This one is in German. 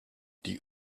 die